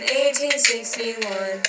1861